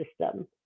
system